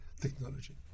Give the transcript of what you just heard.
technology